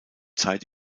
zeit